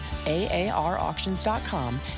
AARauctions.com